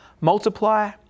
multiply